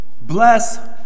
Bless